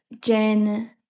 Jen